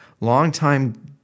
Longtime